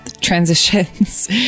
transitions